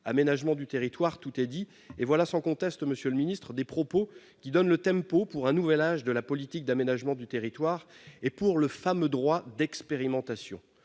aménagement du territoire », tout est dit ! Voilà sans conteste, monsieur le ministre, des propos qui donnent le tempo pour un nouvel âge de la politique d'aménagement du territoire et pour le fameux droit d'expérimentation.